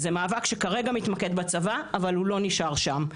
זה מאבק שכרגע מתמקד בצבא אבל הוא לא נשאר שם.